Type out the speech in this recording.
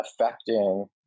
affecting